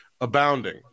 abounding